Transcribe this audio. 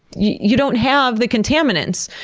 you don't have the contaminants.